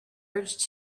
urged